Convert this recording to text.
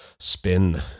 spin